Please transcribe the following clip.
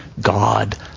God